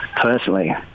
personally